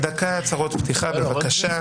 הנושא הבא, אני אדבר דברים אחרים.